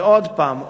ועוד פעם,